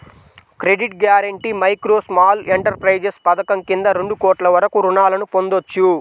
credit guarantee micro, small enterprises పథకం కింద రెండు కోట్ల వరకు రుణాలను పొందొచ్చు